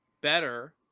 better